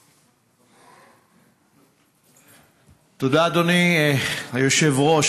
תודה, אדוני היושב-ראש.